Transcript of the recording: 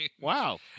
Wow